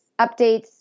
updates